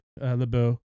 Lebeau